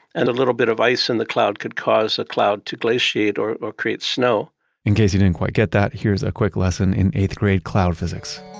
and a little bit of ice in the cloud could cause a cloud to glaciate or or create snow in case you didn't quite get that, here's a quick lesson in eighth-grade cloud physics